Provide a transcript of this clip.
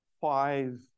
five